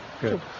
good